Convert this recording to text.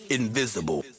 invisible